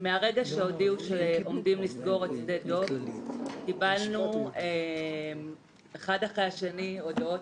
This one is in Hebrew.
מהרגע שהודיעו שעומדים לסגור את שדה דב קיבלנו אחד אחרי השני הודעות